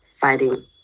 Fighting